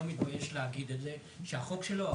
לא מתבייש להגיד את זה שהחוק שלו,